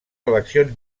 seleccions